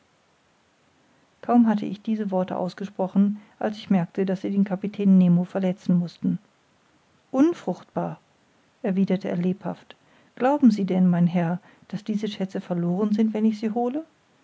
kaum hatte ich diese worte ausgesprochen als ich merkte daß sie den kapitän nemo verletzen mußten unfruchtbar erwiderte er lebhaft glauben sie denn mein herr daß diese schätze verloren sind wenn ich sie hole